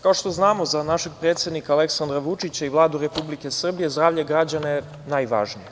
Kao što znamo za našeg predsednika Aleksandra Vučića i Vladu Republike Srbije zdravlje građana je najvažnije.